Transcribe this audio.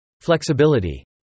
Flexibility